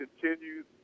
continues